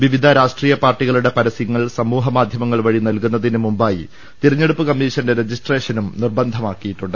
വിവിധ രാഷ്ട്രീയപാർട്ടികളുടെ പരസ്യങ്ങൾ സമൂഹ മാധ്യമങ്ങൾ വഴി നൽകുന്നതിന് മുമ്പായി തെരഞ്ഞെടുപ്പ് കമീഷന്റെ രജിസ്ട്രേഷനും നിർബന്ധിതമാക്കിയിട്ടുണ്ട്